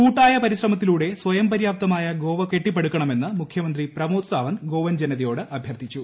കൂട്ടായ പരിശ്രമത്തിലൂടെ സ്വയംപര്യാപ്തമായ ഗോവ കെട്ടിപ്പടുക്കണമെന്ന് മുഖ്യമന്ത്രി പ്രമോദ് സാവന്ത് ഗോവൻ ജനതയോട് അഭ്യർത്ഥിച്ചു